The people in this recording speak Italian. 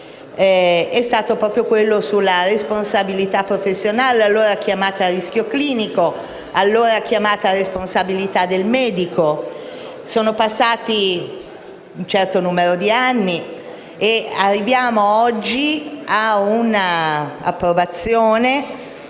è stato proprio quello sulla responsabilità professionale, allora chiamata rischio clinico o responsabilità del medico. È passato un certo numero di anni ed arriviamo oggi ad un'approvazione